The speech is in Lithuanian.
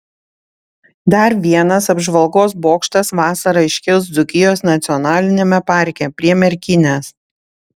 dar vienas apžvalgos bokštas vasarą iškils dzūkijos nacionaliniame parke prie merkinės